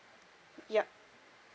yup